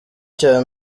cya